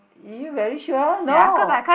you very sure no